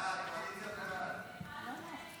(קורא בשמות חברי הכנסת)